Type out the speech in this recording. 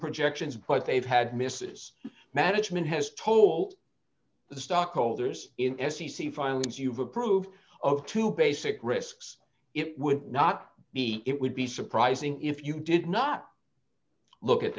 projections but they've had misses management has told the stockholders in s c c filings you've approved of two basic risks it would not be it would be surprising if you did not look at